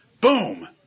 boom